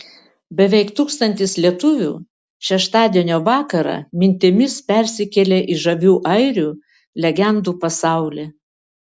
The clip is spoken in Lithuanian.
beveik tūkstantis lietuvių šeštadienio vakarą mintimis persikėlė į žavių airių legendų pasaulį